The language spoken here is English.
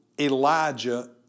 Elijah